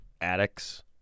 addicts